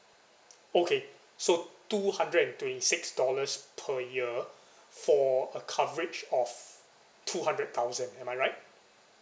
okay so two hundred and twenty six dollars per year for a coverage of two hundred thousand am I right